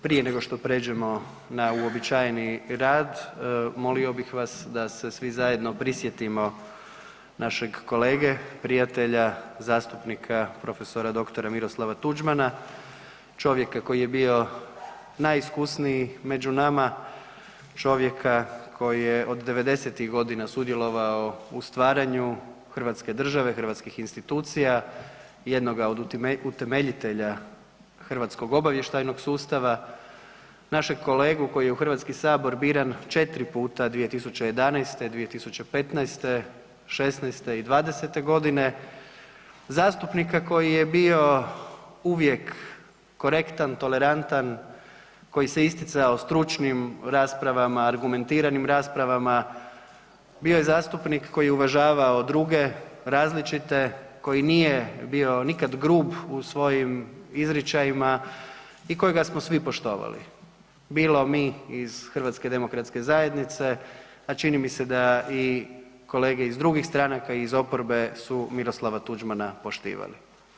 Prije nego što pređemo na uobičajeni rad, molio ih vas da se svi zajedno prisjetimo našeg kolege, prijatelja, zastupnika prof. dr. Miroslava Tuđmana, čovjeka koji je bio najiskusniji među nama, čovjeka koji je od 90-ih godina sudjelovao u stvaranju hrvatske države, hrvatskih institucija, jednoga od utemeljitelja hrvatskog obavještajnog sustava, našeg kolegu koji je u Hrvatski sabor biran 4 puta, 2011., 2015., 2016. i 2020. g., zastupnika koji je bio uvijek korektan, tolerantan, koji je isticao stručnim raspravama, argumentiranim raspravama, bio je zastupnik koji je uvažavao druge, različite, koji nije bio nikad grub u svojim izričajima i kojega smo svi poštovali, bilo mi iz HDZ-a, a čini mi se da i kolege iz drugih stranaka, iz oporbe su Miroslava Tuđmana poštivali.